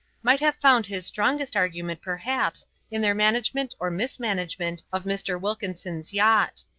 might have found his strongest argument perhaps in their management or mismanagement of mr. wilkinson's yacht.